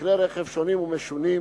בכלי רכב שונים ומשונים,